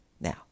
Now